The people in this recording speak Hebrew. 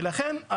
ולכן,